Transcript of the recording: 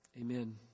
Amen